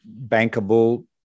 bankable